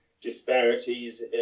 disparities